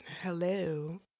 Hello